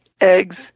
eggs